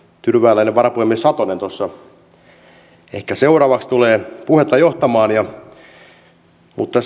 tyrvääläinen varapuhemies satonen ehkä seuraavaksi tulee puhetta johtamaan mutta